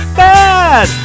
bad